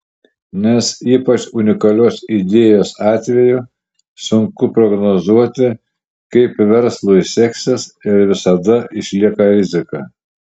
nes ypač unikalios idėjos atveju sunku prognozuoti kaip verslui seksis ir visada išlieka rizika